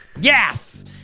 yes